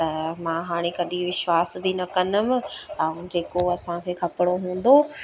त मां हाणे कॾहिं विश्वास बि न कंदमि ऐं जेको असांखे खपिणो हूंदो